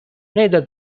neither